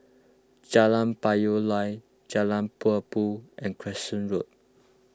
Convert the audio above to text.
Jalan Payoh Lai Jalan Tempua and Crescent Road